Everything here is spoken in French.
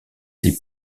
des